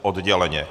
Odděleně.